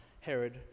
Herod